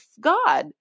god